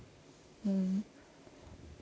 mm